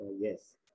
yes